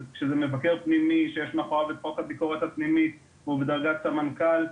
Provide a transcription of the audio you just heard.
שזה מבקר פנימי שיש מאחוריו את חוק הביקורת הפנימית והוא בדרגת סמנכ"ל,